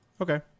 Okay